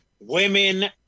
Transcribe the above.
women